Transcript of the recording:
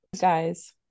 guys